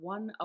One